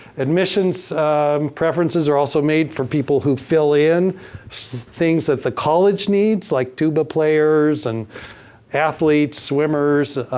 admissions preferences are also made for people who fill in things that the college needs. like tuba players and athletes, swimmers.